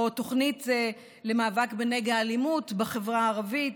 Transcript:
או תוכנית למאבק בנגע האלימות בחברה הערבית,